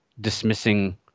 dismissing